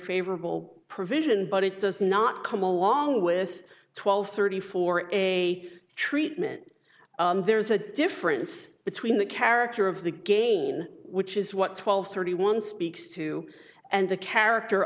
favorable provision but it does not come along with twelve thirty for a treatment there's a difference between the character of the gain which is what twelve thirty one speaks to and the character